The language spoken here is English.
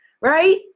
right